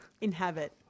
Inhabit